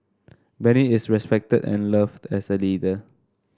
Benny is respected and loved as a leader